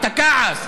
את הכעס,